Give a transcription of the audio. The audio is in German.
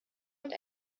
und